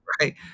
right